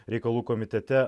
reikalų komitete